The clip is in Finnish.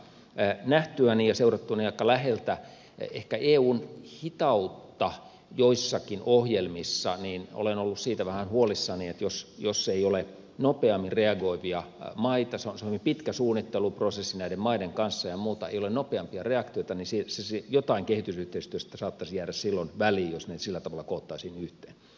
nähtyäni ja seurattuani aika läheltä ehkä eun hitautta joissakin ohjelmissa olen ollut siitä vähän huolissani että jos ei ole nopeammin reagoivia maita se on hyvin pitkä suunnitteluprosessi näiden maiden kanssa ja muuta ei ole nopeampia reaktioita niin jotain kehitysyhteistyöstä saattaisi jäädä silloin väliin jos näitä sillä tavalla koottaisiin yhteen